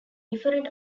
different